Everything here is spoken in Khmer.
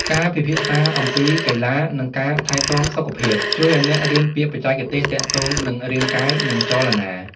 ការពិភាក្សាអំពីកីឡា និងការថែទាំសុខភាព ជួយឱ្យអ្នករៀនពាក្យបច្ចេកទេសទាក់ទងនឹងរាងកាយ និងចលនា។